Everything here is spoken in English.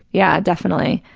yeah, definitely.